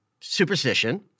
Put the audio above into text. superstition